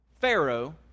Pharaoh